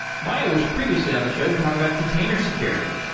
maya was previously on the show to talk about container security.